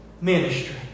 ministry